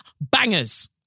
Bangers